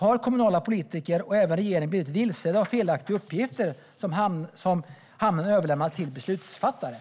Har kommunala politiker och även regeringen blivit vilseledda av felaktiga uppgifter som hamnen har överlämnat till beslutsfattare?